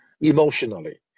emotionally